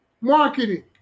marketing